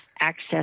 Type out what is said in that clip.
access